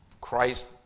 Christ